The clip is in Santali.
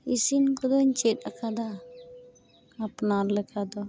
ᱤᱥᱤᱱ ᱠᱚᱫᱚᱧ ᱪᱮᱫ ᱟᱠᱟᱫᱟ ᱟᱯᱱᱟᱨ ᱞᱮᱠᱟ ᱫᱚ